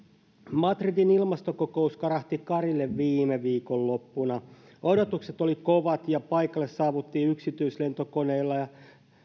madridin ilmastokokous karahti karille viime viikonloppuna odotukset olivat kovat ja paikalle saavuttiin yksityislentokoneilla ja